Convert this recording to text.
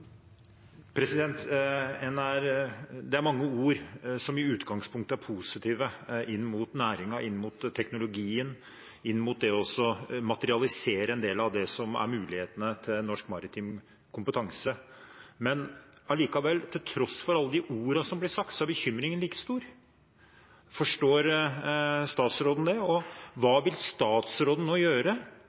Det er mange ord som i utgangspunktet er positive inn mot næringen, inn mot teknologien og inn mot det å materialisere en del av det som er mulighetene til norsk maritim kompetanse. Allikevel – til tross for alle de ordene som blir sagt – er bekymringen like stor. Forstår statsråden det, og hva vil statsråden nå gjøre